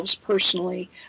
personally